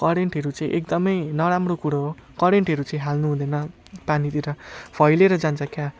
करेन्टहरू चाहिँ एकदमै नराम्रो कुरो हो करेन्टहरू चाहिँ हाल्नुहुँदैन पानीभित्र फैलिएर जान्छ क्या